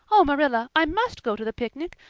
oh, marilla, i must go to the picnic.